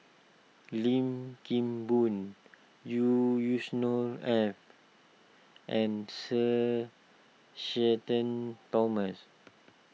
Lim Kim Boon Yusnor Ef and Sir Shenton Thomas